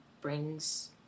brings